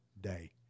day